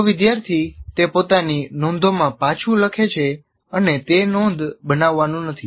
જો વિદ્યાર્થી તે પોતાની નોંધોમાં પાછું લખે છે અને તે નોંધ બનાવવાનું નથી